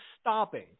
stopping